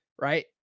right